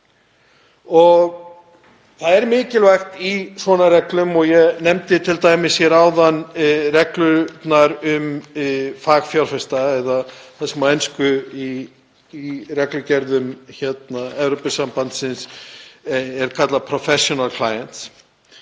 Það er mikilvægt í svona reglum, ég nefndi t.d. áðan reglurnar um fagfjárfesta eða það sem á ensku í reglugerðum Evrópusambandsins er kallað „professional clients“,